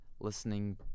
listening